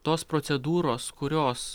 tos procedūros kurios